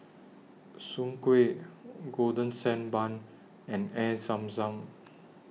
Soon Kway Golden Sand Bun and Air Zam Zam